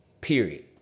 period